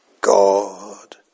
God